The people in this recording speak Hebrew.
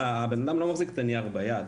הבן אדם לא מחזיק את הנייר ביד.